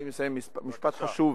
אני מסיים במשפט חשוב.